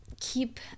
keep